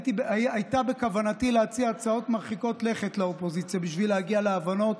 הייתה בכוונתי להציע הצעות מרחיקות לכת לאופוזיציה בשביל להגיע להבנות.